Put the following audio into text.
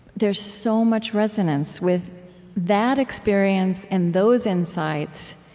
there's so much resonance with that experience and those insights,